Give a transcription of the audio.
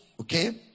Okay